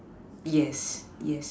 yes yes